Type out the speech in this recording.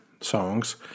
songs